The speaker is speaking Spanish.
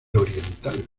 oriental